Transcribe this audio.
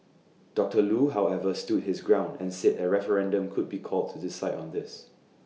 doctor Loo however stood his ground and said A referendum could be called to decide on this